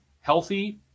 healthy